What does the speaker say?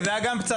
זה היה גן פצצה.